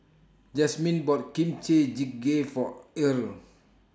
Jasmyn bought Kimchi Jjigae For Irl